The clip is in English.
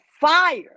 fire